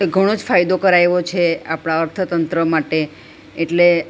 એ ઘણો જ ફાયદો કરાવ્યો છે આપણાં અર્થતંત્ર માટે એટલે